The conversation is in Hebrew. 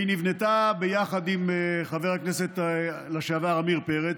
היא נבנתה ביחד עם חבר הכנסת לשעבר עמיר פרץ,